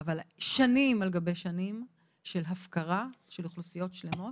אבל שנים על גבי שנים של הפקרה של אוכלוסיות שלמות.